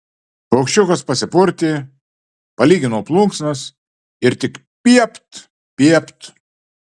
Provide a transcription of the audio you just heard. paukščiukas pasipurtė palygino plunksnas ir tik piept piept